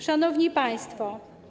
Szanowni Państwo!